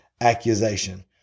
accusation